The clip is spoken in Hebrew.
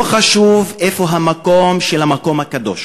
לא חשוב איפה המקום הקדוש